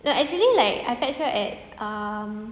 no actually like I fetch her at um